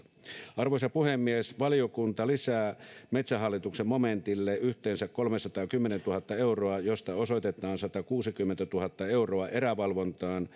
arvoisa puhemies valiokunta lisää metsähallituksen momentille yhteensä kolmesataakymmentätuhatta euroa josta osoitetaan satakuusikymmentätuhatta euroa erävalvontaan